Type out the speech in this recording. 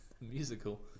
musical